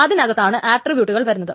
അതിനകത്താണ് ആട്രീബ്യൂട്ടുകൾ വരുന്നത്